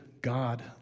God